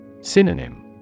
Synonym